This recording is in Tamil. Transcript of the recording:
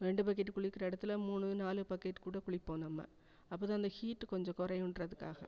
ரெண்டு பக்கெட்டு குளிக்கிற இடத்துல மூணு நாலு பக்கெட் கூட குளிப்போம் நம்ம அப்போ தான் அந்த ஹீட்டு கொஞ்சம் குறையுன்றதுக்காக